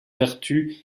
vertu